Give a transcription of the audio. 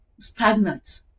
stagnant